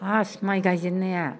first माइ गायजेननाया